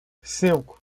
cinco